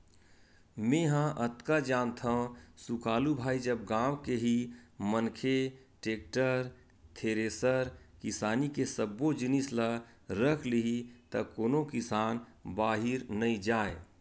मेंहा अतका जानथव सुकालू भाई जब गाँव के ही मनखे टेक्टर, थेरेसर किसानी के सब्बो जिनिस ल रख लिही त कोनो किसान बाहिर नइ जाय